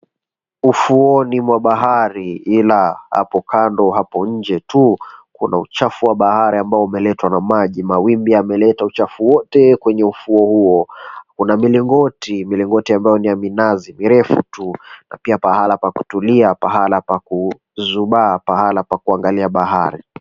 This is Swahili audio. Ufuoni mwa bahari ila, hapo kando hapo nje tu kuna uchafu wa bahari ambao umeletwa na maji. Mawimbi yameleta uchafu wote kwenye ufuo huo. Kuna milingoti, milingoti ambayo ni ya minazi mirefu tu. Na pia pahala pa kutulia, pahala pa ku zubaa. Pahala pa kuangalia bahari.